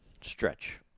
stretch